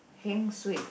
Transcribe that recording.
heng suay